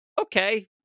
okay